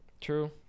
True